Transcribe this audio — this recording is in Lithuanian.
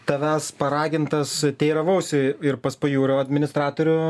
tavęs paragintas teiravausi ir pas pajūrio administratorių